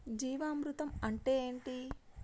జీవామృతం అంటే ఏంటి?